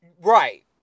Right